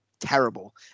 terrible